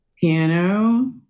piano